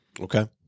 Okay